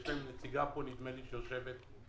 יש להם נציגה שיושבת פה.